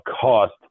cost